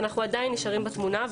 אנחנו עדיין נשארים בתמונה,